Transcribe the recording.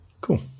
Cool